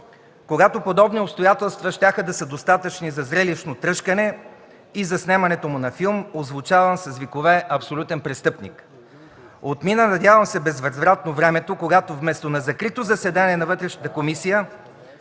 когато подобни обстоятелства щяха да са достатъчни за зрелищно тръшкане и заснемането му на филм, озвучаван с викове „Абсолютен престъпник!“. Отмина, надявам се, безвъзвратно времето, когато вместо на закрито заседание на Вътрешната комисия,